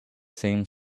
same